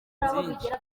byinshi